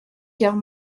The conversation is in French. guerre